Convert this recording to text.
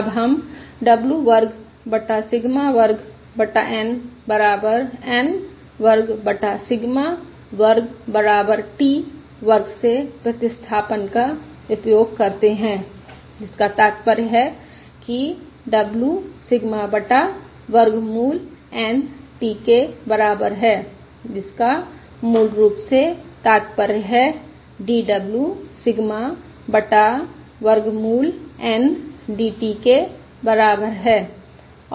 अब हम w वर्ग बटा सिग्मा वर्ग बटा N बराबर Nw वर्ग बटा सिग्मा वर्ग बराबर t वर्ग से प्रतिस्थापन का उपयोग करते हैं जिसका तात्पर्य है की w सिग्मा बटा वर्गमूल N t के बराबर है जिसका मूल रूप से तात्पर्य है dw सिग्मा बटा वर्गमूल N dt के बराबर है